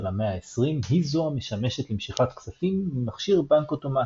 המאה העשרים היא זו המשמשת למשיכת כספים ממכשיר בנק אוטומטי.